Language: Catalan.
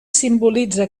simbolitza